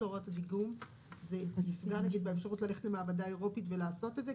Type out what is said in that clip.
להוראות הדיגום זה יפגע באפשרות ללכת למעבדה אירופית ולעשות את זה?